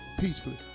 Peacefully